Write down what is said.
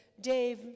Dave